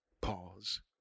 pause